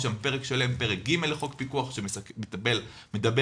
יש שם פרק שלם ג' לחוק פיקוח שמדבר על